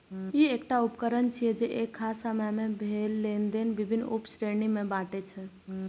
ई एकटा उकरण छियै, जे एक खास समय मे भेल लेनेदेन विभिन्न उप श्रेणी मे बांटै छै